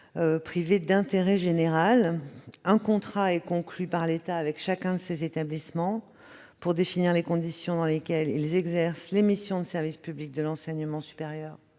privés d'intérêt général. Un contrat est conclu par l'État avec chacun de ces établissements, pour définir les conditions dans lesquelles ils exercent les missions de service public de l'enseignement supérieur,